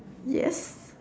yes